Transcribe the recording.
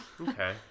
okay